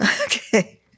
Okay